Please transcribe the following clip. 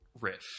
riff